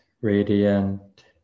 radiant